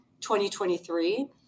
2023